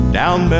down